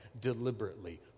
deliberately